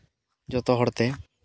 ᱡᱚᱛᱚ ᱦᱚᱲᱛᱮ